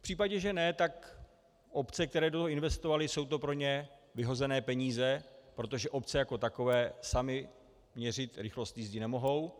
V případě, že ne, tak obce, které do toho investovaly, jsou to pro ně vyhozené peníze, protože obce jako takové samy měřit rychlost jízdy nemohou.